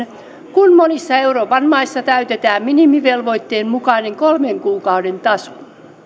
kun monissa euroopan maissa täytetään minimivelvoitteen mukainen kolmen kuukauden taso